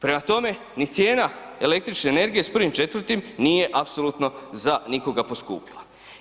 Prema tome, ni cijena električne energije s 1.4. nije apsolutno za nikoga poskupila.